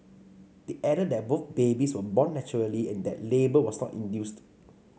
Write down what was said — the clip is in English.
they added that both babies were born naturally and that labour was not induced